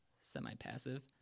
semi-passive